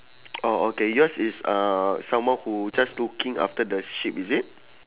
oh okay yours is uh someone who just looking after the sheep is it